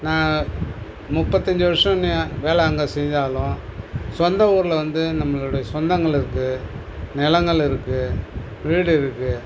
நான் முப்பத்தஞ்சு வருஷம் வேலை அங்கே செஞ்சாலும் சொந்த ஊரில் வந்து நம்மளுடைய சொந்தங்கள் இருக்குது நிலங்கள் இருக்குது வீடு இருக்குது